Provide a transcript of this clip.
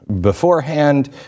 beforehand